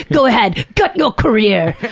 go ahead, gut your career!